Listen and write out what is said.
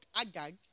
Agag